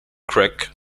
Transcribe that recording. crack